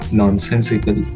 nonsensical